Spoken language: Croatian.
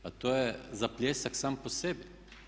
Pa to je za pljesak sam po sebi.